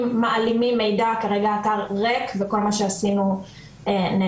ומעלימים מידע כרגע האתר ריק וכל מה שעשינו נעלם.